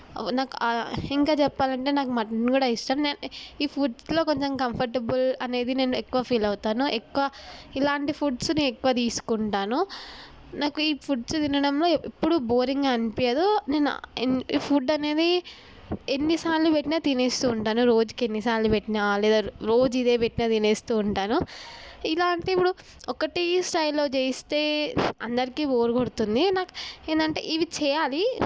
నాకు ఇంకా చెప్పాలంటే నాకు మటన్ కూడా ఇష్టం నేను ఈ ఫుడ్స్లో కొంచెం కంఫర్టబుల్ అనేది నేను ఎక్కువ ఫీలవుతాను ఎక్కువ ఇలాంటి ఫుడ్స్ నేను ఎక్కువ తీసుకుంటాను నాకు ఈ ఫుడ్స్ తినడంలో ఎప్పుడు బోరింగ్ అనిపియ్యదు నేను ఈ ఫుడ్ అనేది ఎన్నిసార్లు పెట్టిన తినేస్తూ ఉంటాను రోజుకి ఎన్ని సార్లు పెట్టిన లేదా రోజు ఇదే పెట్టిన తినేస్తూ ఉంటాను ఎలా అంటే ఇప్పుడు ఒకటే స్టైల్లో చేస్తే అందరికీ బోర్ కొడుతుంది నాకు ఏంటంటే ఇవి చేయాలి